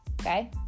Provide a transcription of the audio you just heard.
okay